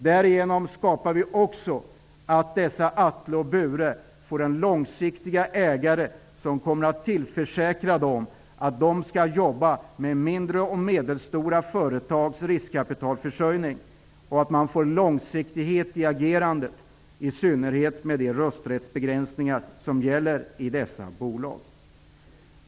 Därigenom åstadkommer vi också att Atle och Bure får en långsiktig ägare som kommer att tillförsäkra dem möjligheten att jobba med mindre och medelstora företags riskkapitalförsörjning. Man får en långsiktighet i agerandet, i synnerhet med de rösträttsbegränsningar som gäller i dessa bolag.